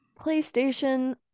PlayStation